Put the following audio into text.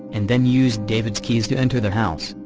and then used david's keys to enter the house.